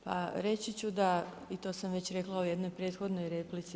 Pa reći ću da i to sam već rekla u jednoj prethodnoj replici.